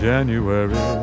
January